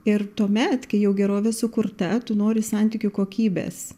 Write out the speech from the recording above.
ir tuomet kai jau gerovė sukurta tu nori santykių kokybės